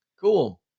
Cool